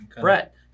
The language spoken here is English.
Brett